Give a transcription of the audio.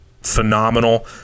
phenomenal